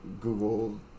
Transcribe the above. Google